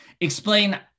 explain